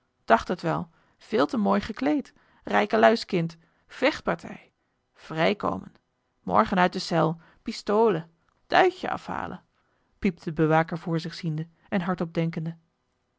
het wel veel te mooi gekleed rijkelui's kind vechtpartij vrij komen morgen uit de cel pistole duitje afhalen piepte de bewaker voor zich ziende en hardop denkende